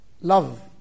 love